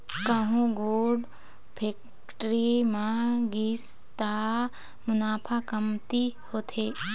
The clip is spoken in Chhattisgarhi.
कहूँ गुड़ फेक्टरी म गिस त मुनाफा कमती होथे